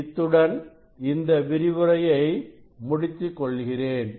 இத்துடன் இந்த விரிவுரையை முடித்துக்கொள்கிறேன்